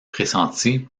pressenti